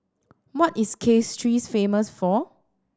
what is Castries famous for